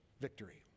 victory